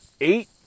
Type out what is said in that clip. eight